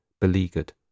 beleaguered